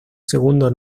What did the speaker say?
segundo